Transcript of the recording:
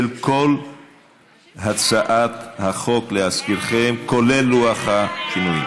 של כל הצעת החוק, להזכירכם, כולל לוח השינויים.